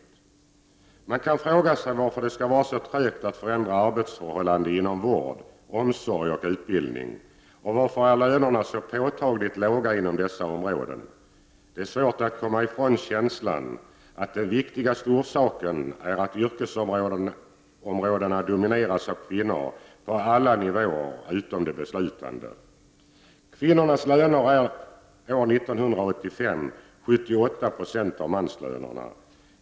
Åk Man kan fråga sig varför det skall vara så trögt att förändra arbetsförhållandena inom vård, omsorg och utbildning. Och varför är lönerna så påtagligt låga inom dessa områden? Det är svårt att komma ifrån känslan att den viktigaste orsaken är att yrkesområdena domineras av kvinnor på alla nivåer utom på de beslutande. Kvinnornas löner år 1985 var 78 Jo av manslönerna.